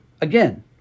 again